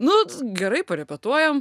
nu gerai parepetuojam